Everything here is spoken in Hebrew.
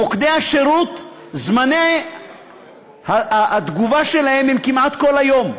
מוקדי השירות, זמני התגובה שלהם הם כמעט כל היום.